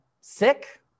sick